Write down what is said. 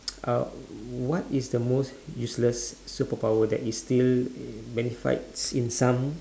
uh what is the most useless superpower that is still magnified in some